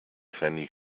fanny